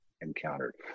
Encountered